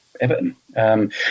Everton